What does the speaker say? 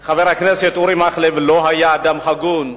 היה חבר הכנסת אורי מקלב אדם הגון,